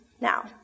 Now